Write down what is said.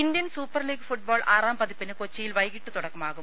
Indian super league football ആറാം പതിപ്പിന് കൊച്ചിയിൽ വൈകിട്ട് തുടക്കമാകും